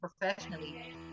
professionally